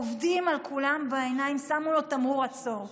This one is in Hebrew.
עובדים על כולם בעיניים, שמו לו תמרור עצור.